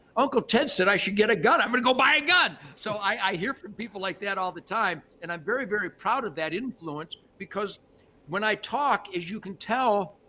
uncle ted said, i should get a gun. i'm going to go buy a gun. so i hear from people like that all the time and i'm very, very proud of that influence because when i talk, as you can tell,